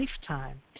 lifetime